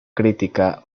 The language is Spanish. crítica